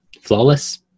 flawless